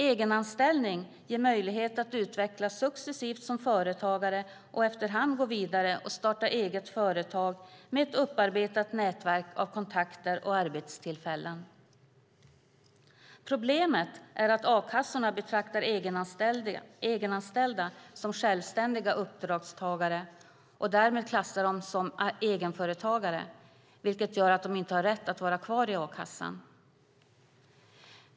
Egenanställning ger möjlighet att utvecklas successivt som företagare och efter hand gå vidare och starta eget företag med ett upparbetat nätverk av kontakter och arbetstillfällen. Problemet är att a-kassorna betraktar egenanställda som självständiga uppdragstagare och därmed klassar dem som egenföretagare, vilket gör att de inte har rätt att vara kvar i a-kassan.